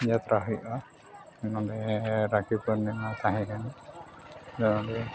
ᱡᱟᱛᱛᱨᱟ ᱦᱩᱭᱩᱜᱼᱟ ᱱᱚᱸᱰᱮ ᱨᱟᱹᱠᱷᱤ ᱯᱩᱨᱱᱤᱢᱟ ᱛᱟᱦᱮᱸ ᱠᱟᱱᱟ ᱟᱫᱚ ᱚᱱᱟᱜᱮ